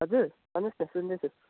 हजुर भन्नुहोस् न सुन्दैछु